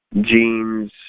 jeans